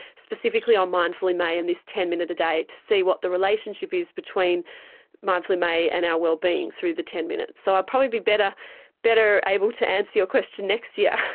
specifically on mindful in may and this ten minutes a day, to see what the relationship is between mindful in may and our well-being through the ten minutes. so i'll probably be better better able to answer your question next year.